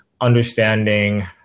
understanding